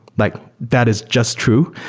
like that is just true.